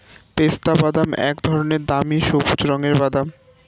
পেস্তাবাদাম এক ধরনের দামি সবুজ রঙের বাদাম